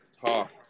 talk